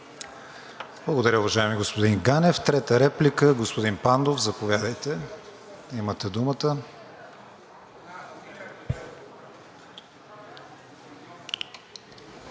Благодаря, господин Ганев. Трета реплика, господин Пандов, заповядайте. Имате думата.